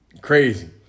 Crazy